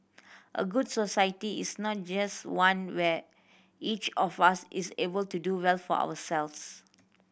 a good society is not just one where each of us is able to do well for ourselves